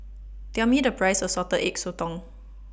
Tell Me The Price of Salted Egg Sotong